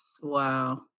Wow